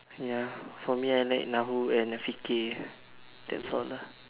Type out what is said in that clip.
ya for me I like na hu and fiqih that's all lah